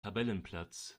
tabellenplatz